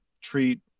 treat